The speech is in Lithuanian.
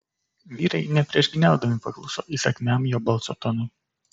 vyrai nepriešgyniaudami pakluso įsakmiam jo balso tonui